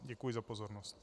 Děkuji za pozornost.